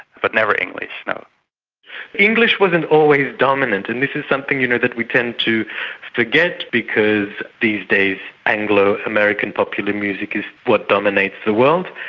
but never english. you know english wasn't always dominant, and this is something you know that we tend to forget because these days anglo-american popular music is what dominates the world.